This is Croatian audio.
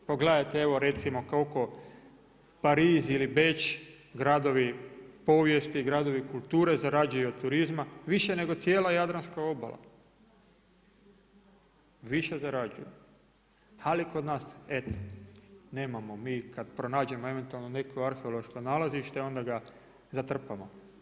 Pa gledajte evo recimo koliko Pariz ili Beč gradovi povijesti, gradovi kulture zarađuju od turizma više nego cijela Jadranska obala, više zarađuju ali kod nas eto nemamo mi, kada pronađemo eventualno neko arheološko nalazište onda ga zatrpamo.